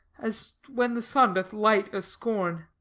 as when the sun doth light a storm,